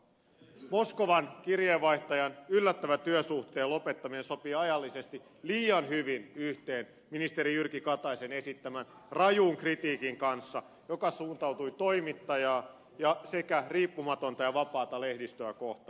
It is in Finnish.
moskovan kirjeenvaihtajan yllättävä työsuhteen lopettaminen sopii ajallisesti liian hyvin yhteen ministeri jyrki kataisen esittämän rajun kritiikin kanssa joka suuntautui toimittajaa sekä riippumatonta ja vapaata lehdistöä kohtaan